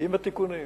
עם התיקונים,